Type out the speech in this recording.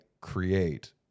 create